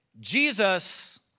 Jesus